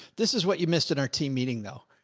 this is what you missed in our team meeting though.